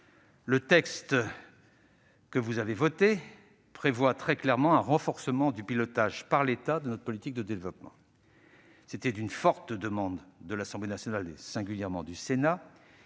Le texte prévoit très clairement un renforcement du pilotage par l'État de notre politique de développement. C'était une forte demande de l'Assemblée nationale et du Sénat.